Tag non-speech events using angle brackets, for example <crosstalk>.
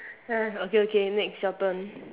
<noise> okay okay next your turn